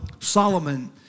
Solomon